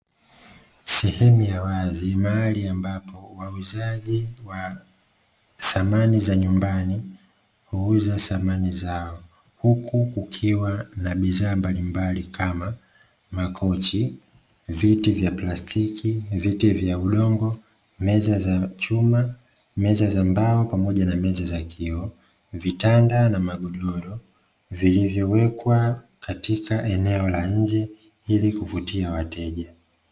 Sehemu ya wazi, mahali ambapo wauzaji samani za nyumbani huuza samani zao, huku kukiwa na bidhaa mbalimbali kama makochi, viti vya plastiki, viti vya udongo, meza za chuma, meza za mbao, pamoja na meza za kioo, vitanda na magodoro vilivyowekwa katika eneo la nje ili kuvutia wateja.